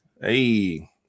hey